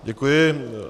Děkuji.